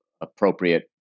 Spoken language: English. appropriate